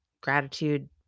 gratitude